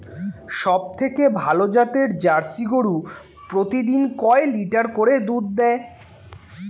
সবথেকে ভালো জাতের জার্সি গরু প্রতিদিন কয় লিটার করে দুধ দেয়?